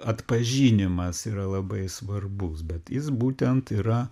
atpažinimas yra labai svarbus bet jis būtent yra